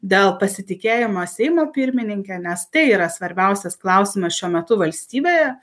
dėl pasitikėjimo seimo pirmininke nes tai yra svarbiausias klausimas šiuo metu valstybėje